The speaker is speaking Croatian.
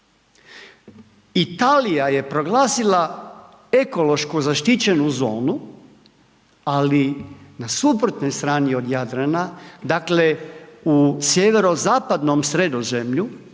Italija je proglasila ekološku zaštićenu zonu, ali na suprotnoj strani od Jadrana, dakle u sjeverozapadnom Sredozemlju